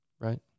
right